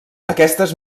aquestes